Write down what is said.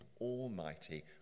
almighty